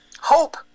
Hope